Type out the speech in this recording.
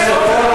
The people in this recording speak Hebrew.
חבר הכנסת פרוש.